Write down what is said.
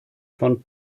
von